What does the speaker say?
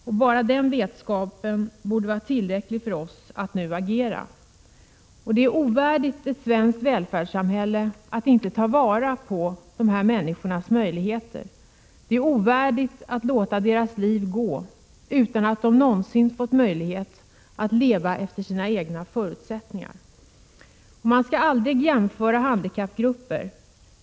Och bara den vetskapen borde vara tillräcklig för oss för att nu agera. Det är ovärdigt ett svenskt välfärdssamhälle att inte ta vara på dessa människors möjligheter. Det är ovärdigt att låta deras liv gå utan att de någonsin fått möjlighet att leva efter sina egna förutsättningar. Man skall aldrig jämföra handikappgrupper.